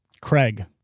Craig